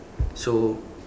so